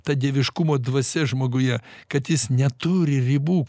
ta dieviškumo dvasia žmoguje kad jis neturi ribų